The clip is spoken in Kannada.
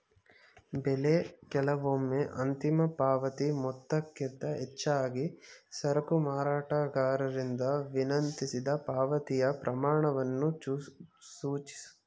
ಬೆಲೆ ಕೆಲವೊಮ್ಮೆ ಅಂತಿಮ ಪಾವತಿ ಮೊತ್ತಕ್ಕಿಂತ ಹೆಚ್ಚಾಗಿ ಸರಕು ಮಾರಾಟಗಾರರಿಂದ ವಿನಂತಿಸಿದ ಪಾವತಿಯ ಪ್ರಮಾಣವನ್ನು ಸೂಚಿಸುತ್ತೆ